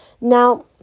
now